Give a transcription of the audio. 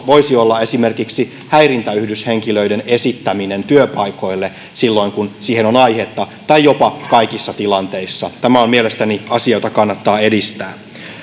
voisi olla esimerkiksi häirintäyhdyshenkilöiden esittäminen työpaikoille silloin kun siihen on aihetta tai jopa kaikissa tilanteissa tämä on mielestäni asia jota kannattaa edistää